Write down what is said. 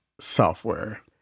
Software